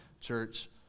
church